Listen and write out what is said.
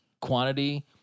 quantity